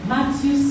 Matthew